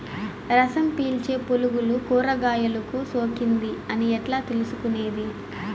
రసం పీల్చే పులుగులు కూరగాయలు కు సోకింది అని ఎట్లా తెలుసుకునేది?